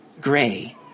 gray